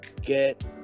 get